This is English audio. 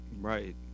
right